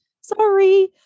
sorry